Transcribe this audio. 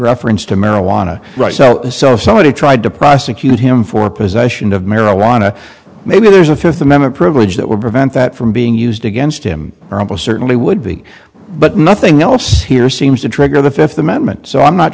reference to marijuana right so so somebody tried to prosecute him for possession of marijuana maybe there's a fifth amendment privilege that would prevent that from being used against him certainly would be but nothing else here seems to trigger the fifth amendment so i'm not